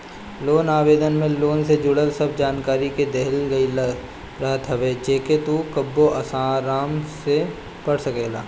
loan आवेदन में loan से जुड़ल सब जानकरी के देहल गईल रहत हवे जेके तू कबो आराम से पढ़ सकेला